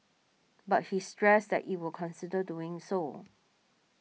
but he stressed that it will consider doing so